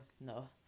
no